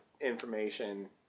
information